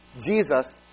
Jesus